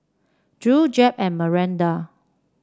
Drew Jep and Maranda